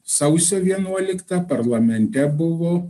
sausio vienuoliktą parlamente buvo